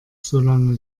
solange